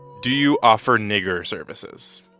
do you offer nigger services?